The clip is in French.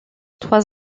trois